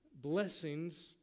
blessings